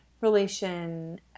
relation